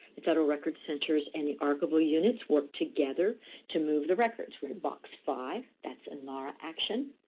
the federal records center and the archival units work together to move the records. we're in box five, that's a nara action,